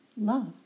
Love